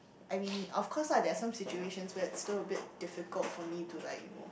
I mean of course ah there are some situations where it's still a bit difficult for me to like you know